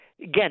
Again